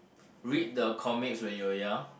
read the comics when you were young